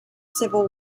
civil